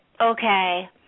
okay